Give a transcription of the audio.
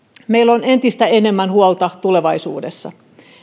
meillä on entistä enemmän huolta tulevaisuudessa